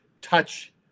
touch